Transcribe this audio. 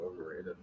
overrated